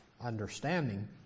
understanding